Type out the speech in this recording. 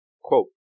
Quote